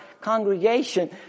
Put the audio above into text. congregation